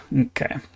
Okay